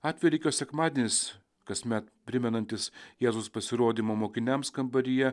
atvelykio sekmadienis kasmet primenantis jėzus pasirodymo mokiniams kambaryje